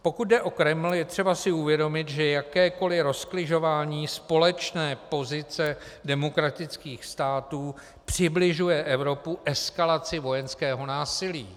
Pokud jde o Kreml, je třeba si uvědomit, že jakékoliv rozkližování společné pozice demokratických států přibližuje Evropu eskalaci vojenského násilí.